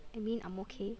I mean I'm okay